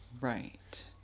right